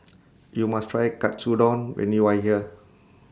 YOU must Try Katsudon when YOU Are here